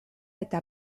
eta